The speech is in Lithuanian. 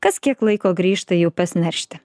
kas kiek laiko grįžta į upes neršti